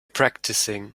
practicing